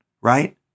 right